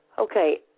Okay